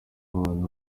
bana